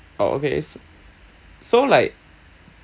oh okay so like